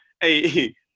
hey